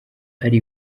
ari